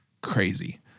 crazy